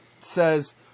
says